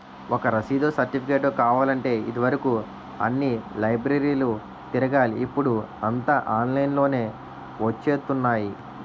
ఒక రసీదో, సెర్టిఫికేటో కావాలంటే ఇది వరుకు అన్ని లైబ్రరీలు తిరగాలి ఇప్పుడూ అంతా ఆన్లైన్ లోనే వచ్చేత్తున్నాయి